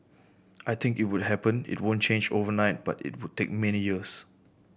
I think it would happen it won't change overnight but it would take many years